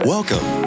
Welcome